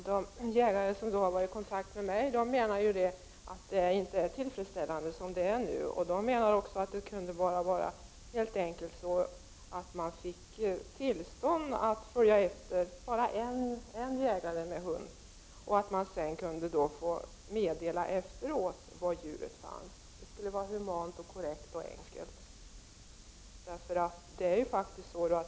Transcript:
Herr talman! De jägare som har varit i kontakt med mig menar att de nuvarande förhållandena inte är tillfredsställande. De anser att en jägare med hund kunde få tillstånd att följa efter det skadade djuret och efteråt meddela var djuret finns. Det skulle vara humant, korrekt och enkelt.